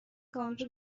کاملش